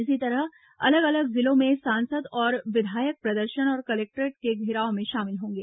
इसी तरह अलग अलग जिलों में सांसद और विधायक प्रदर्शन और कलेक्टोरेट घेराव में शामिल होंगे